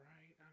Right